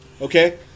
Okay